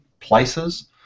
Places